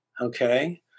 okay